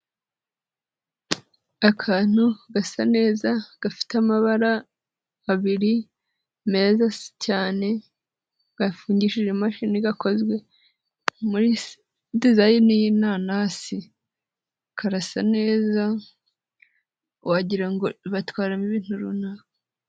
Akantu gasa neza, gafite amabara abiri, meza cyane gafungishije imashini gakozwe muri dizayini y'inanasi, karasa neza wagira ngo batwaramo ibintu runara.